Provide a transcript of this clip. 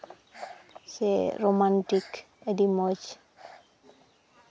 ᱥᱮ ᱨᱚᱢᱟᱱᱴᱤᱠ ᱟᱹᱰᱤ ᱢᱚᱡᱽ